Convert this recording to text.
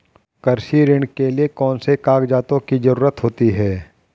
कृषि ऋण के लिऐ कौन से कागजातों की जरूरत होती है?